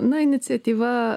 na iniciatyva